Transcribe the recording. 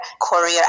career